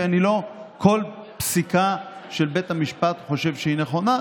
ולא כל פסיקה של בית המשפט אני חושב שהיא נכונה.